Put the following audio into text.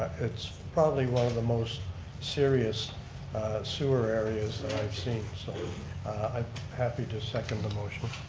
it's probably one of the most serious sewer areas i've seen, so i'm happy to second the motion.